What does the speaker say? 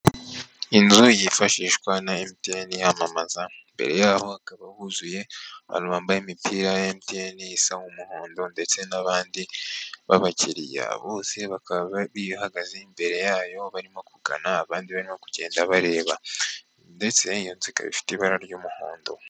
Inzu yifashishwa na emutiyeni yamamaza mbere yaho hakaba huzuye abantu bambaye imipira ya emutiyeni isa n'umuhondo ndetse n'abandi babakiriya bose bakaba bahagaze imbere yayo barimo kugana abandi barimo kugenda bareba ndetse iyo nzu ika ifite ibara ry'umuhondo.